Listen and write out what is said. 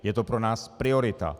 Je to pro nás priorita.